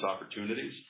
opportunities